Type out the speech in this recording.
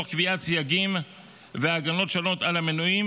תוך קביעת סייגים והגנות שונות על המנויים